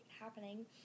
happening